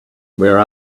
where